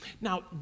Now